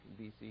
BC